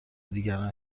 دیگران